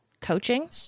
coaching